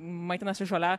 maitinasi žole